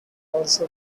also